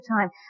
time